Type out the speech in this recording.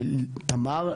תמר,